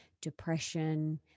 depression